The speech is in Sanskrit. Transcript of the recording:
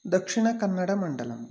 दक्षिणकन्नडमण्डलम्